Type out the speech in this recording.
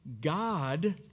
God